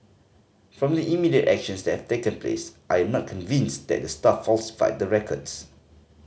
from the immediate actions that have taken place I am not convinced that the staff falsified the records